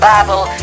Bible